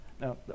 Now